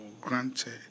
granted